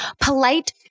polite